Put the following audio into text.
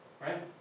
right